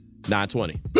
920